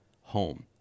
home